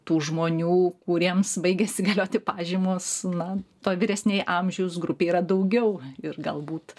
tų žmonių kuriems baigiasi galioti pažymos na toj vyresnėj amžiaus grupėj yra daugiau ir galbūt